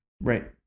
right